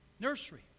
Nursery